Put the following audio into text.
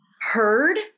heard